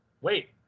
wait